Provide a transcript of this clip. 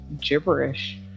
gibberish